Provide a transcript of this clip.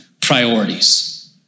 priorities